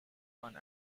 one